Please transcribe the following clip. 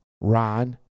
Ron